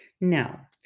Now